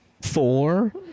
Four